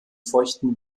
feuchten